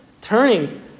turning